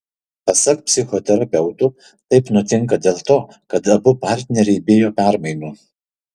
pasak psichoterapeutų taip nutinka dėl to kad abu partneriai bijo permainų